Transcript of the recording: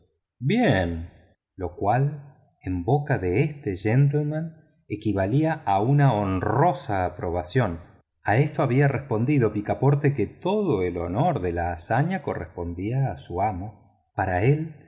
bien lo cual en boca de este gentleman equivalía a una honrosa aprobación a esto había respondido picaporte que todo el honor de la hazaña correspondía a su amo para él